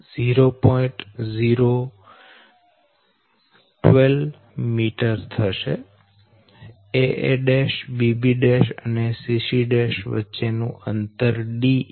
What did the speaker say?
aa' bb' અને cc' વચ્ચે નું અંતર d 0